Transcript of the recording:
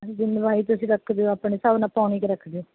ਹਾਂਜੀ ਲੰਬਾਈ ਤੁਸੀਂ ਰੱਖ ਦਿਓ ਆਪਣੇ ਹਿਸਾਬ ਨਾਲ ਪੌਣੀ ਕੁ ਰੱਖ ਦਿਓ